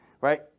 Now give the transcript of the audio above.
right